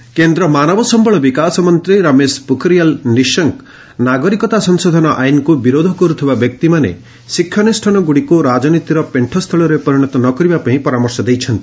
ପୋଖରିୟାଲ୍ କେନ୍ଦ୍ର ମାନବ ସମ୍ଭଳ ବିକାଶ ମନ୍ତ୍ରୀ ରମେଶ ପୋଖରିୟାଲ୍ ନିଶଙ୍କ ନାଗରିକତା ସଂଶୋଧନ ଆଇନକ୍ତ ବିରୋଧ କର୍ତ୍ତବା ବ୍ୟକ୍ତିମାନେ ଶିକ୍ଷାନୁଷ୍ଠାନଗୁଡ଼ିକୁ ରାଜନୀତିର ପେଶ୍ଚସ୍ଥଳରେ ପରିଣତ ନ କରିବାପାଇଁ ପରାମର୍ଶ ଦେଇଛନ୍ତି